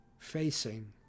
facing